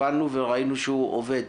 הבנו וראינו שהוא עובד.